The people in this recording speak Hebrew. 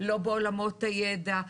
לא בעולמות הידע,